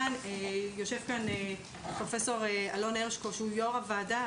יושב כאן פרופ' אלון הרשקו, יושב-ראש הוועדה.